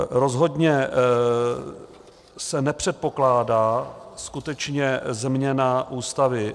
Rozhodně se nepředpokládá skutečně změna Ústavy.